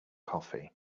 coffee